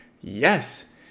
Yes